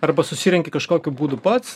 arba susirenki kažkokiu būdu pats